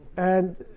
and